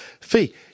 Fee